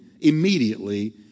immediately